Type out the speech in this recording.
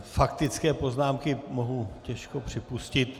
Faktické poznámky mohu těžko připustit.